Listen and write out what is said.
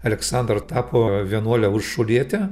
aleksandra tapo vienuole uršuliete